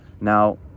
Now